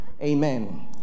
Amen